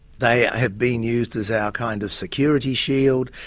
they have been used as our kind of security shield,